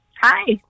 Hi